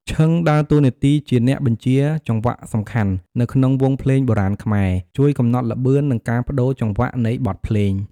ឈិង ដើរតួនាទីជា អ្នកបញ្ជាចង្វាក់សំខាន់ នៅក្នុងវង់ភ្លេងបុរាណខ្មែរ ជួយកំណត់ល្បឿន និងការប្ដូរចង្វាក់នៃបទភ្លេង។